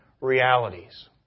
realities